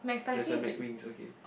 that's the McWings okay